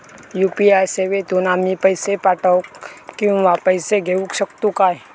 UPI सेवेतून आम्ही पैसे पाठव किंवा पैसे घेऊ शकतू काय?